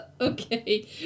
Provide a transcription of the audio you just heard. okay